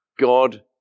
God